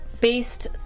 based